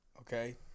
Okay